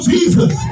Jesus